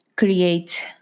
create